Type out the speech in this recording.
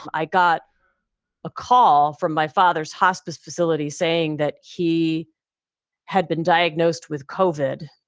i got a call from my father's hospice facility saying that he had been diagnosed with covid.